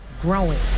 growing